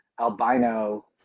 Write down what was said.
albino